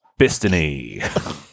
Bistany